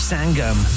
Sangam